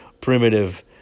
primitive